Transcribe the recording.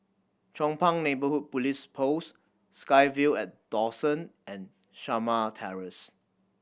Chong Pang Neighbourhood Police Post SkyVille at Dawson and Shamah Terrace